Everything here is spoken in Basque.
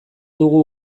dugu